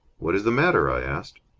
what is the matter? i asked.